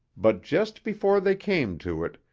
but just before they came to it,